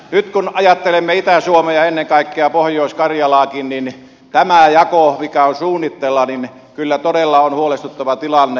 nyt kun ajattelemme itä suomea ja ennen kaikkea pohjois karjalaakin niin tämä jako mikä on suunnitteilla kyllä todella on huolestuttava tilanne